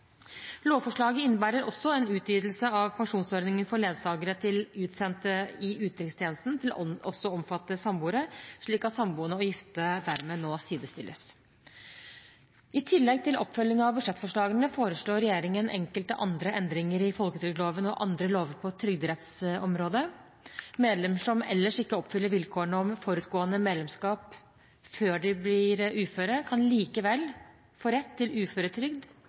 Lovforslaget innebærer også en utvidelse av pensjonsordningen for ledsagere til utsendte i utenrikstjenesten til også å omfatte samboere, slik at samboende og gifte dermed nå sidestilles. I tillegg til oppfølging av budsjettforslaget foreslår regjeringen enkelte andre endringer i folketrygdloven og andre lover på trygderettsområdet. Medlemmer som ellers ikke oppfyller vilkårene om forutgående medlemskap før de blir uføre, kan likevel få rett til uføretrygd